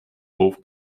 both